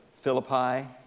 Philippi